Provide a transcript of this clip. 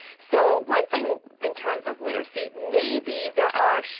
so one thing in terms of literacy, maybe there are,